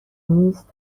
نیست